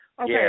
okay